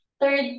third